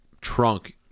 trunk